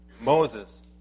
Moses